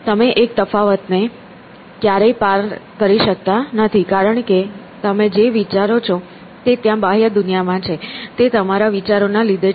તમે એક તફાવત ને ક્યારેય પાર કરી શકતા નથી કારણ કે તમે જે વિચારો છો તે ત્યાં બાહ્ય દુનિયામાં છે તે તમારા વિચારો ના લીધે છે